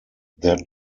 their